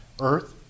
Earth